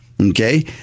okay